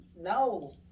no